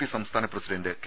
P സംസ്ഥാന്യ president K